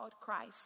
Christ